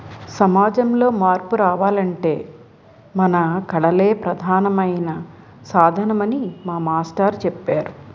సమాజంలో మార్పు రావాలంటే మన కళలే ప్రధానమైన సాధనమని మా మాస్టారు చెప్పేరు